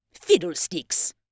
fiddlesticks